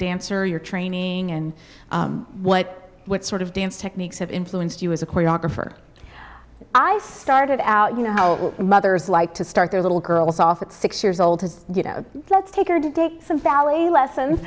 dancer your training and what sort of dance techniques have influenced you as a choreographer i started out you know how mothers like to start their little girls off at six years old you know let's take her to take some valley lessons